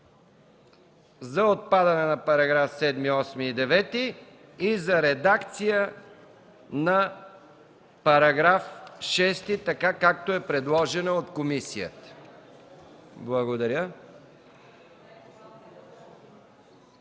за отпадане на параграфи 7, 8 и 9, и за редакцията на § 6, така както е предложена от комисията. Гласували